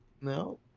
No